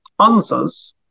answers